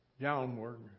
downward